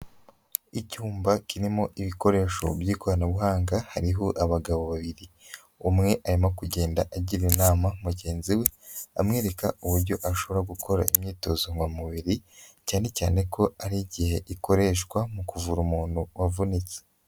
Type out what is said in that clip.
Icyumba kirimo ibikoresho by'ikoranabuhanga hariho abagabo babiri, umwe arimo kugenda agira inama mugenzi we amwereka uburyo ashobora gukora imyitozo ngoromubiri, cyane cyane ko hari igihe ikoreshwa mu kuvura umuntu wavunitse.